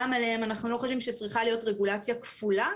גם עליהם אנחנו לא חושבים שצריכה להיות רגולציה כפולה,